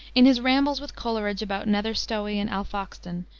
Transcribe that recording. in his rambles with coleridge about nether stowey and alfoxden,